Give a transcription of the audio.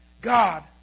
God